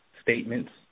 statements